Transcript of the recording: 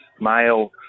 male